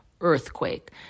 earthquake